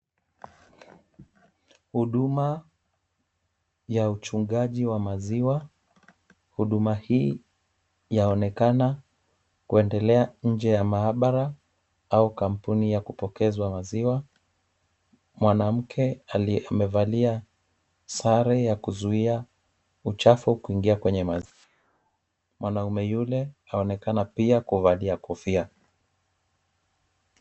Huduma ya uchungaji wa maziwa, huduma hii yaonekana kuendelea nje ya maabara au kampuni ya kupokezwa maziwa. Mwanamke amevalia sare ya kuzuia uchafu kuingia kwenye maziwa. Mwanaume yule anonekana pia kuvalia kofia.